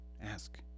Ask